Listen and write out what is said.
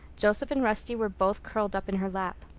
joseph and rusty were both curled up in her lap.